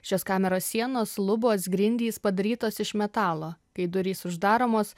šios kameros sienos lubos grindys padarytos iš metalo kai durys uždaromos